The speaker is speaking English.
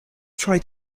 try